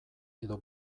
edo